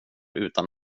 utan